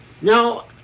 Now